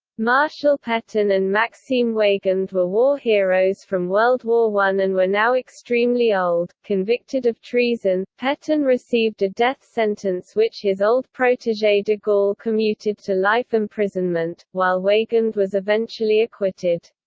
marshal petain and maxime weygand were war heroes from world war i and were now extremely old convicted of treason, petain received a death sentence which his old protege de gaulle commuted to life imprisonment, while weygand was eventually acquitted.